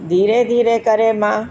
धीरे धीरे करे मां